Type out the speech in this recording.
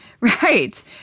Right